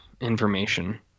Information